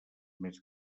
més